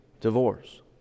divorce